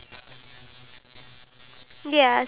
access to clean water